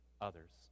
others